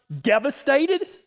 devastated